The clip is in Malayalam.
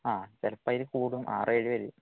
ആ ചിലപ്പം അതിൽ കൂടും ആറ് ഏഴ് പേര്